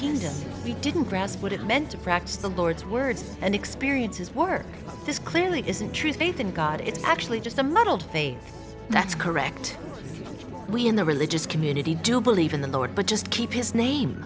kingdom we didn't grasp what it meant to practice the lord's words and experiences were this clearly isn't true faith in god it's actually just a muddled thing that's correct we in the religious community do believe in the word but just keep his name